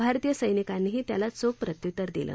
भारतीय सैनिकांनीही त्याला चोख प्रत्युत्तर दिलं